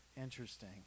interesting